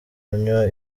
kunywa